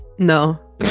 No